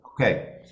Okay